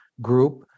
group